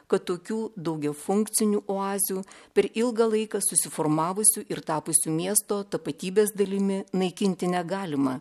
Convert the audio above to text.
kad tokių daugiafunkcinių oazių per ilgą laiką susiformavusių ir tapusių miesto tapatybės dalimi naikinti negalima